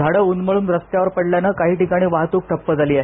झाड उन्मळून रस्त्यावर पडल्यानं काही ठिकाणी वाहतूक ठप्प झालीय